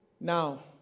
Now